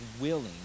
willing